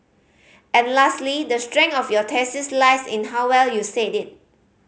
and lastly the strength of your thesis lies in how well you said it